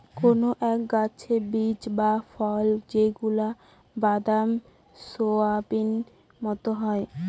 কোনো এক গাছের বীজ বা ফল যেগুলা বাদাম, সোয়াবিনের মতো হয়